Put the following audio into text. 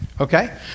Okay